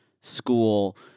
school